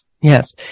Yes